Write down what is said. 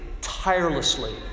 tirelessly